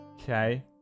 Okay